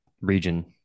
region